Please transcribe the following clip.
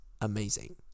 amazing